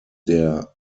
der